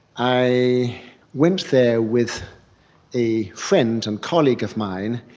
i went there with a friend and colleague of mine,